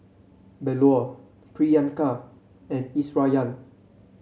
Bellur Priyanka and Iswaran